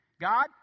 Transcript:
God